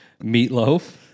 Meatloaf